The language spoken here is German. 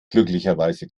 glücklicherweise